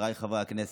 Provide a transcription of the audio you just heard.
חבריי חברי הכנסת,